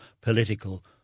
political